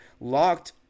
Locked